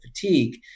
fatigue